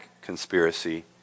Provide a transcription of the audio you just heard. conspiracy